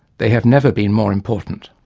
they have never been more important.